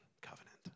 covenant